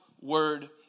word